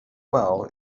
well